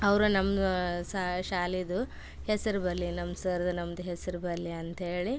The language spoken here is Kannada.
ಅವರು ನಮ್ಮ ಶಾಲೇದು ಹೆಸರು ಬರಲಿ ನಮ್ಮ ಸರ್ದು ನಮ್ದು ಹೆಸರು ಬರಲಿ ಅಂತೇಳಿ